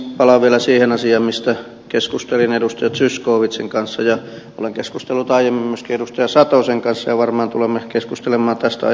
palaan vielä siihen asiaan mistä keskustelin edustaja zyskowiczin kanssa ja olen keskustellut aiemmin myöskin edustaja satosen kanssa ja varmaan tulemme keskustelemaan tästä aiheesta pitkään